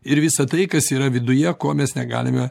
ir visa tai kas yra viduje ko mes negalime